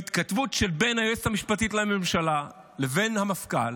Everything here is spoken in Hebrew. בהתכתבות שבין היועצת המשפטית לממשלה לבין המפכ"ל